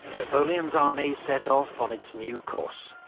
napoleon's army set off on its new course,